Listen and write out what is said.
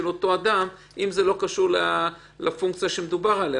אותו אדם אם זה לא קשור למכרז שמדובר עליו?